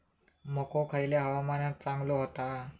मको खयल्या हवामानात चांगलो होता?